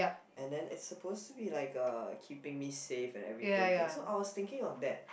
and then it's supposed to be like uh keeping me safe and everything thing so I was thinking of that